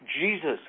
Jesus